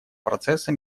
процесса